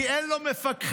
כי אין לו מפקחים.